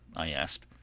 i asked.